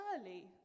early